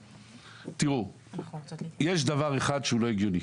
יש דבר אחד שהוא לא הגיוני.